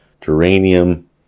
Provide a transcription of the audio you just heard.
geranium